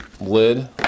lid